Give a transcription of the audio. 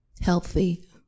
healthy